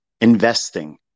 Investing